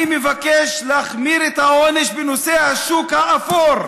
אני מבקש להחמיר את העונש בנושא השוק האפור.